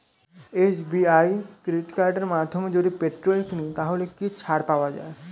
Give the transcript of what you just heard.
SBI credit কার্ডের মাধ্যমে যদি পেট্রোল কিনি তাহলে কি ছাড় পাওয়া যায়?